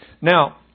Now